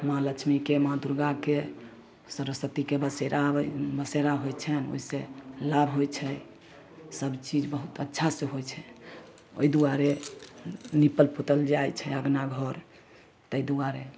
माँ लक्ष्मीके माँ दुर्गाके सरस्वतीके बसेरा होइ बसेरा होइ छनि ओहिसँ लाभ होइ छै सबचीज बहुत अच्छासँ होइ छै ओहि दुआरे निपल पोतल जाइ छै अँगना घर ताहि दुआरे